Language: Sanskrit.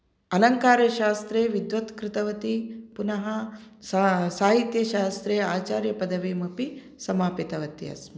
अलङ्कारशास्त्रे विद्वत् कृतवती पुनः साहित्यशास्त्रे आचार्यपदवीमपि समापितवती अस्मि